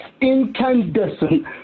incandescent